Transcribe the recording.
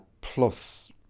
Plus